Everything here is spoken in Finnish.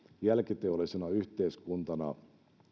jälkiteollisena yhteiskuntana